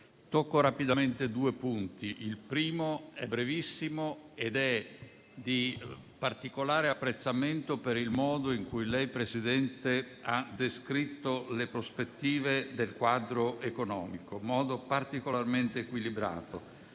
Tocco rapidamente due punti. Il primo è brevissimo ed è di particolare apprezzamento per il modo in cui lei, presidente Draghi, ha descritto le prospettive del quadro economico, un modo particolarmente equilibrato,